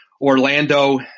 Orlando